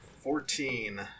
fourteen